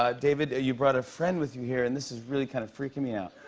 ah david, you brought a friend with you here. and this is really kind of freaking me out.